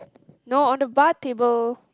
no on the bar table